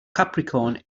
capricorn